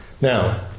Now